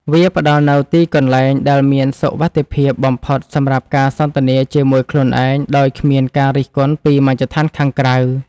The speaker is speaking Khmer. វាផ្ដល់នូវទីកន្លែងដែលមានសុវត្ថិភាពបំផុតសម្រាប់ការសន្ទនាជាមួយខ្លួនឯងដោយគ្មានការរិះគន់ពីមជ្ឈដ្ឋានខាងក្រៅ។